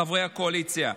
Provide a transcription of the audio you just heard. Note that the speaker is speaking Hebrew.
חברי הקואליציה.